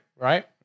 right